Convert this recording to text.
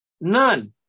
None